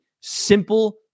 simple